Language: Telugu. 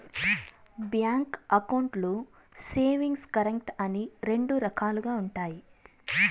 బ్యాంక్ అకౌంట్లు సేవింగ్స్, కరెంట్ అని రెండు రకాలుగా ఉంటాయి